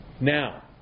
Now